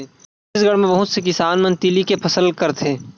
छत्तीसगढ़ म बहुत से किसान मन तिली के फसल करथे